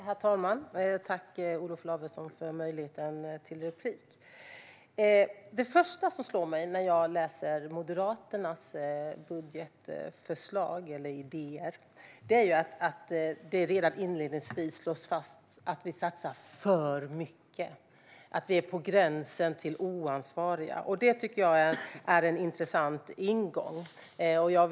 Herr talman! Jag tackar Olof Lavesson för möjligheten till replik. Det första som slår mig när jag läser Moderaternas budgetförslag är att det redan inledningsvis slås fast att regeringen satsar för mycket och att vi är på gränsen till oansvariga. Det är en intressant ingång.